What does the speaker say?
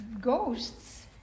ghosts